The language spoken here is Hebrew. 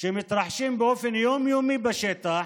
שמתרחשים באופן יום-יומי בשטח